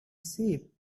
sheep